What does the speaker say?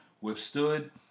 withstood